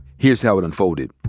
here's how it unfolded.